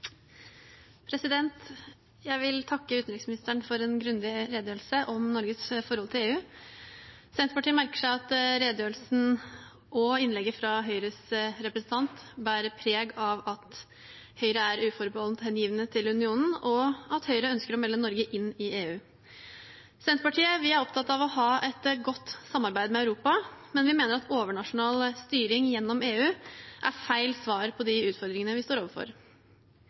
Jeg vil takke utenriksministeren for en grundig redegjørelse om Norges forhold til EU. Senterpartiet merker seg at redegjørelsen og innlegget fra Høyres representant bærer preg av at Høyre er uforbeholdent hengivne til unionen, og at Høyre ønsker å melde Norge inn i EU. Senterpartiet er opptatt av å ha et godt samarbeid med Europa, men vi mener at overnasjonal styring gjennom EU er feil svar på de utfordringene vi står overfor.